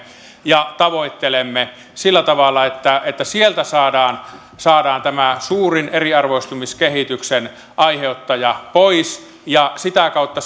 ja tavoittelemme sillä tavalla että että sieltä saadaan saadaan tämä suurin eriarvoistumiskehityksen aiheuttaja pois ja sitä kautta